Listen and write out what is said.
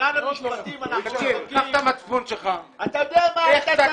קח את המצפון שלך, לך קצת